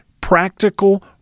practical